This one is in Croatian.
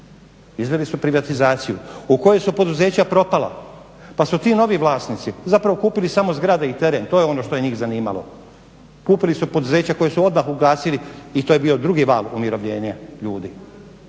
izveli privatizaciju u kojoj su poduzeća propala, pa su ti novi vlasnici kupili samo zgrade i teren, to je ono što je njih zanimalo. Kupili su poduzeća koja su odmah ugasili i to je bio drugi val umirovljenja ljudi.